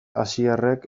asiarrek